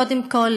קודם כול,